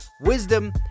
wisdom